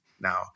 now